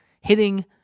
hitting